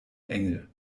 engel